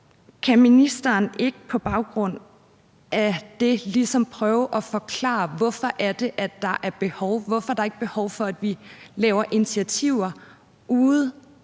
Kan ministeren ikke på baggrund af det ligesom prøve at forklare, hvorfor det er, at der ikke er behov for, at vi laver initiativer uden